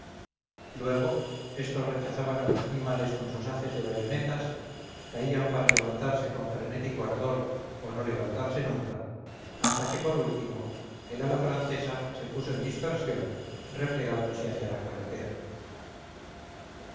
luego estos rechazaban a los animales con sus haces de bayonetas caían para levantarse con frenético ardor o no levantarse nunca hasta que por último el ala francesa se puso en dispersión replegándose hacia la carretera